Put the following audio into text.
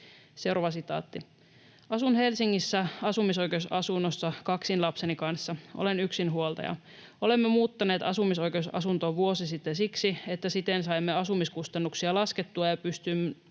sosiaalialan työ.” ”Asun Helsingissä asumisoikeusasunnossa kaksin lapseni kanssa. Olen yksinhuoltaja. Olemme muuttaneet asumisoikeusasuntoon vuosi sitten siksi, että siten saimme asumiskustannuksia laskettua ja pystyimme